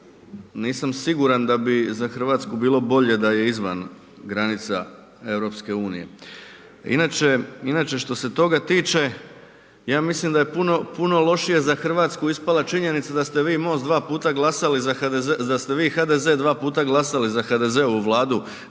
nisam siguran da bi za Hrvatsku bilo bolje da je izvan granica EU. Inače što se toga tiče, ja mislim da je puno lošije za Hrvatsku ispala činjenica da ste vi MOST dva puta glasali za, da